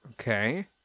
Okay